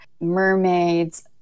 mermaids